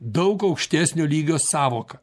daug aukštesnio lygio sąvoką